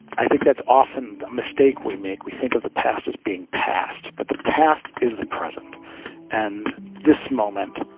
i think that's often the mistake we make we think of the past as being past. but the past is the present and this moment,